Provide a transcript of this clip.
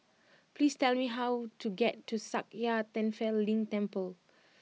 please tell me how to get to Sakya Tenphel Ling Temple